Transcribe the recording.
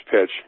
pitch